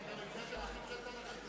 עכשיו גם על זה